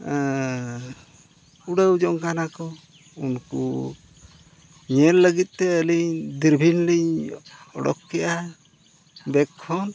ᱟᱨ ᱩᱰᱟᱹᱣ ᱡᱚᱝ ᱠᱟᱱᱟ ᱠᱚ ᱩᱱᱠᱩ ᱧᱮᱞ ᱞᱟᱹᱜᱤᱫᱛᱮ ᱟᱹᱞᱤᱧ ᱫᱩᱨᱵᱤᱱ ᱞᱤᱧ ᱚᱰᱳᱠ ᱠᱮᱜᱼᱟ ᱵᱮᱜᱽ ᱠᱷᱚᱱ